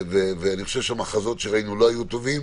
ואני חושב שהמחזות שראינו לא היו טובים.